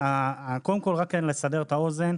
רק כדי לסבר את האוזן: